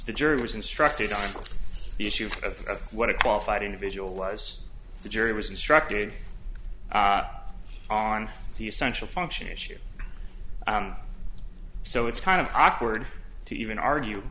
the jury was instructed on the issue of what a qualified individual was the jury was instructed on the essential function issue so it's kind of awkward to even argue